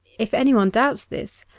if anyone doubts this,